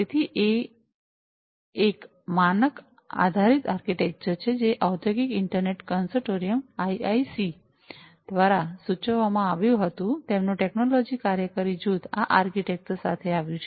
તેથી તે એક માનક આધારિત આર્કિટેક્ચર છે જે ઔદ્યોગિક internet consortium - IIC Internet Consortium - IIC દ્વારા સૂચવવામાં આવ્યું હતું તેમનું ટેકનોલોજી કાર્યકારી જૂથ આ આર્કિટેક્ચર સાથે આવ્યું છે